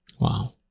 Wow